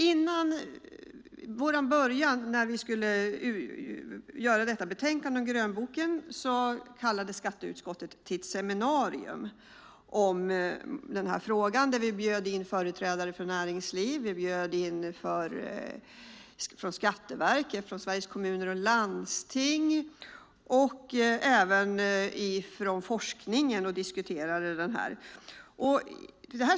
Innan skatteutskottet började arbetet med detta utlåtande kallade vi till ett seminarium i frågan. Vi bjöd in företrädare från näringslivet, Skatteverket, Sveriges Kommuner och Landsting och forskningen för att diskutera detta.